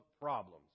problems